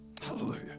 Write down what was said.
Hallelujah